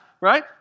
right